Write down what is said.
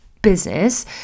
business